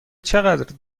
چقدر